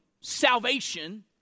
salvation